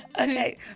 Okay